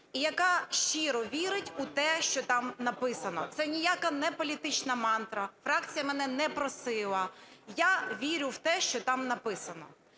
яка щиро вірить у те, що там написано. Це ніяка не політична мантра. Фракція мене не просила. Я вірю в те, що там написано.